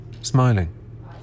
smiling